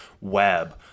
web